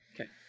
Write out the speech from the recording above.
Okay